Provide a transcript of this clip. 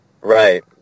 Right